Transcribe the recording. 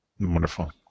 Wonderful